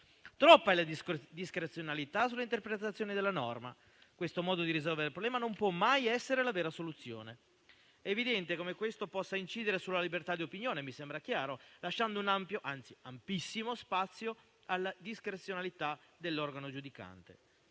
Troppa è la discrezionalità nell'interpretazione della norma. Questo modo di risolvere il problema non può mai essere la vera soluzione. È evidente come questo possa incidere sulla libertà di opinione - mi sembra chiaro - lasciando uno spazio ampio, anzi amplissimo, alla discrezionalità dell'organo giudicante.